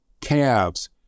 calves